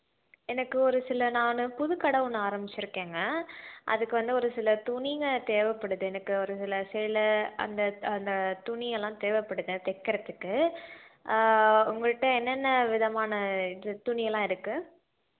எனக்கு ஒரு சில நான் புது கடை ஒன்று ஆரமிச்சிருக்கேன்ங்க அதுக்கு வந்து ஒரு சில துணிங்க தேவைப்படுது எனக்கு ஒரு சில சேலை அந்த அந்த துணியெல்லாம் தேவைப்படுது தைக்கிறதுக்கு உங்கள்கிட்ட என்னென்ன விதமான இது துணியெல்லாம் இருக்கு